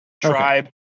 Tribe